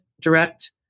direct